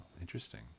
interesting